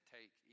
Take